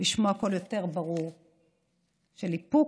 לשמוע קול יותר ברור של איפוק,